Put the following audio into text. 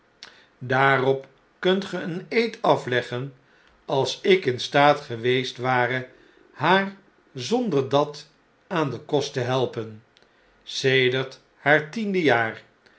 daarop kunt ge een eed afleggen als ik in staat geweest ware haar zonder dat aan den kost te helpen sedert haar tiende jaar